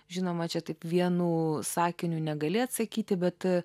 žinoma čia taip vienu sakiniu negali atsakyti bet